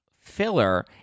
filler